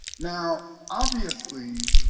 now obviously,